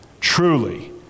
Truly